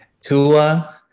Tua